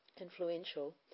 influential